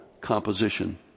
composition